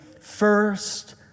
first